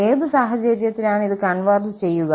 ഏത് സാഹചര്യത്തിലാണ് ഇത് കൺവെർജ് ചെയ്യുക